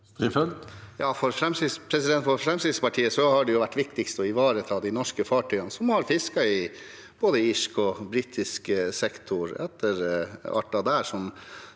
For Frem- skrittspartiet har det vært viktigst å ivareta de norske fartøyene, som har fisket i både irsk og britisk sektor etter arter der,